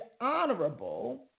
honorable